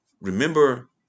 remember